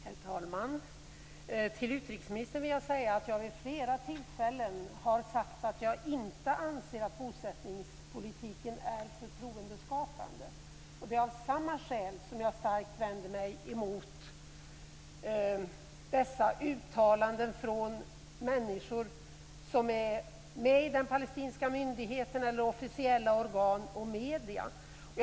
Herr talman! Till utrikesministern vill jag säga att jag vid flera tillfällen har sagt att jag inte anser att bosättningspolitiken är förtroendeskapande. Av samma skäl vänder jag mig starkt emot dessa uttalanden från människor som finns inom palestinska myndigheter eller officiella organ och medier.